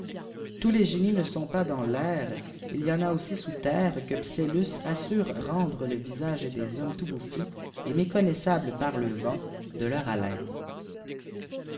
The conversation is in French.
tous les génies ne sont pas dans l'air il y en a aussisous terre que psellus assure rendre le visage des hommes tout bouffi et méconnaissable par le vent de leur haleine